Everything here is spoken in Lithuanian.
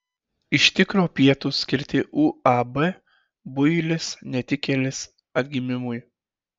iš tikro pietūs skirti uab builis netikėlis atgimimui